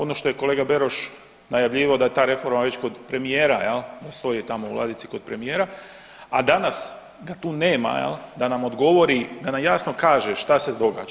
Ono što je kolega Beroš najavljivao da je ta reforma već kod premijera jel, da stoji tamo u ladici kod premijera, a danas ga tu nema jel da nam odgovori, da nam jasno kaže šta se događa.